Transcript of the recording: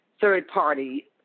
third-party